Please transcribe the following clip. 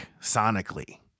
sonically